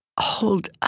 hold